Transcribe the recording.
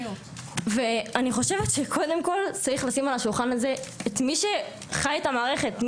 אני חושבת שקודם כול צריך לשים על השולחן הזה את מי שחי את המערכת.